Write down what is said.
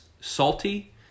salty